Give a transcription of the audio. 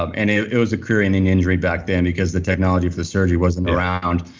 um and it it was a career ending injury back then because the technology for the surgery wasn't around.